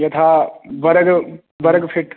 यथा बरग् बरग् फ़ीट्